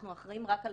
אנחנו אחראים רק על